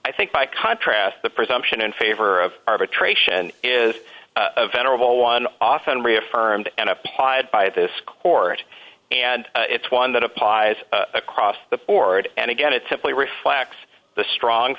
i think by contrast the presumption in favor of arbitration is a venerable one often reaffirmed and applied by this court and it's one that applies across the board and again it simply reflects the strong